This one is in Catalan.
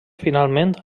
finalment